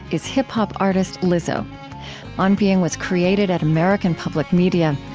is hip-hop artist lizzo on being was created at american public media.